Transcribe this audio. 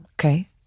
Okay